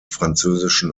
französischen